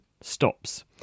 stops